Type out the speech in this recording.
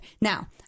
Now